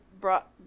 brought